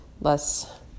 less